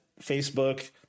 facebook